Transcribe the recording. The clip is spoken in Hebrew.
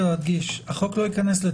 החוק לא ייכנס לתוקף.